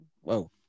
whoa